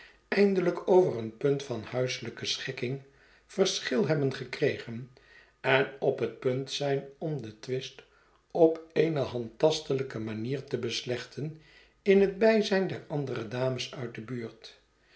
eindelljk over een punt van huiselijke schikking verschil hebben gekregen en op het punt zljii om den twist op eene handtastelijke manier te beslechten in het bijzijn der andere dames uit de buurt